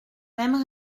mêmes